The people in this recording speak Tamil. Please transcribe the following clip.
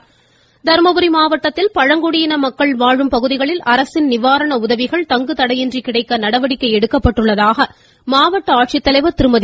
தர்மபுரி வாய்ஸ் தர்மபுரி மாவட்டத்தில் பழங்குடியின மக்கள் வாழும் பகுதிகளில் அரசின் நிவாரண உதவிகள் தங்கு தடையின்றி கிடைக்க நடவடிக்கை எடுக்கப்பட்டுள்ளதாக மாவட்ட ஆட்சித்தலைவர் திருமதி